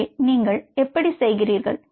எனவே நீங்கள் எப்படி செய்கிறீர்கள்